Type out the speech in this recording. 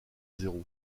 zéro